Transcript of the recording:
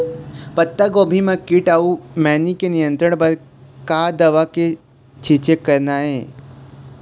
पत्तागोभी म कीट अऊ मैनी के नियंत्रण बर का दवा के छींचे करना ये?